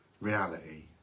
reality